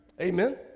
Amen